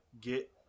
get